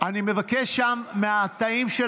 אני מבקש שם בתאים של